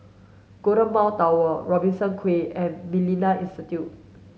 Golden Mile Tower Robertson Quay and Millennia Institute